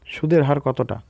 সুদের হার কতটা?